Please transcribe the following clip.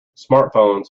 smartphones